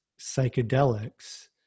psychedelics